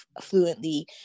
fluently